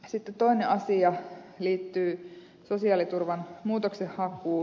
sitten toinen asia liittyy sosiaaliturvan muutoksenhakuun